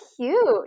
cute